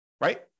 right